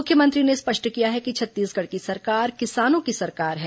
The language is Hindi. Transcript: मुख्यमंत्री ने स्पष्ट किया है कि छत्तीसगढ़ की सरकार किसानों की सरकार है